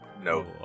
no